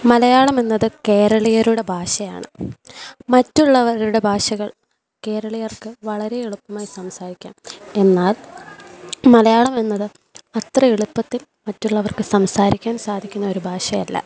മലയാളം എന്നത് കേരളീയരുടെ ഭാഷയാണ് മറ്റുള്ളവരുടെ ഭാഷകൾ കേരളീയർക്ക് വളരെ എളുപ്പമായി സംസാരിക്കാം എന്നാൽ മലയാളം എന്നത് അത്ര എളുപ്പത്തിൽ മറ്റുള്ളവർക്ക് സംസാരിക്കാൻ സാധിക്കുന്നൊരു ഭാഷയല്ല